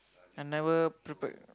I never prepare